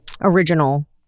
original